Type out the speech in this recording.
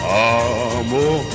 amor